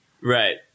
Right